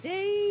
Day